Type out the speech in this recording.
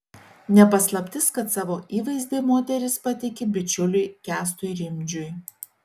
ne paslaptis kad savo įvaizdį moteris patiki bičiuliui kęstui rimdžiui